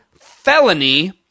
felony